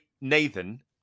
Nathan